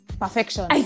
perfection